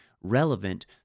relevant